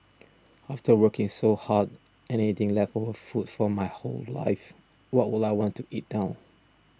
after working so hard and eating leftover food for my whole life why would I want to eat now